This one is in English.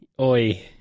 Oi